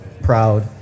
proud